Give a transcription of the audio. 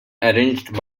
arranged